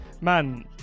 Man